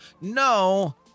No